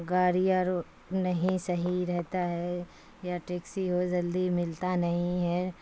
گاڑی آر نہیں صحیح رہتا ہے یا ٹیکسی ہو جلدی ملتا نہیں ہے